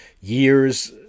years